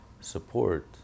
support